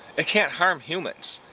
they can't harm humans!